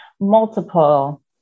multiple